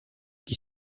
qui